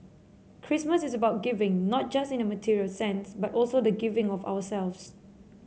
Christmas is about giving not just in a material sense but also the giving of ourselves